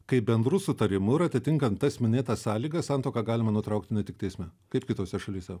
kai bendru sutarimu ir atitinkant tas minėtas sąlygas santuoką galima nutraukti ne tik teisme kaip kitose šalyse